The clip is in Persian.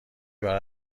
برای